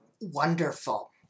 Wonderful